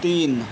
तीन